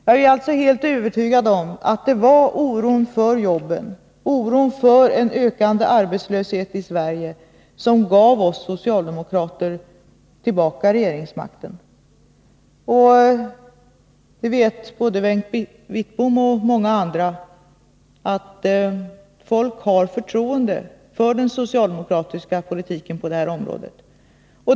Jag är alltså helt övertygad om att det var oron för jobben och en ökande arbetslöshet i Sverige som gav oss socialdemokrater tillbaka regeringsmakten. Både Bengt Wittbom och många andra vet att folk har förtroende för den socialdemokratiska politiken på detta område.